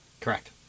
Correct